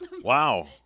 Wow